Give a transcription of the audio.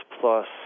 plus